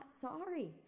sorry